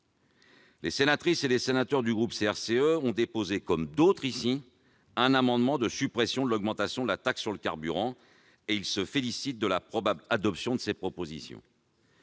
Les sénatrices et les sénateurs du groupe CRCE ont déposé, comme d'autres ici, un amendement de suppression de l'augmentation de la taxe sur le carburant, et ils se félicitent de la probable adoption de ces propositions.